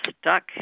stuck